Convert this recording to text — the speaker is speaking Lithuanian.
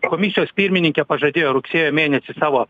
komisijos pirmininkė pažadėjo rugsėjo mėnesį savo